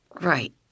Right